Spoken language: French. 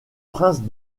princes